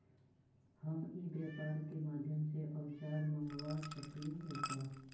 हम ई व्यापार के माध्यम से औजर मँगवा सकली हे का?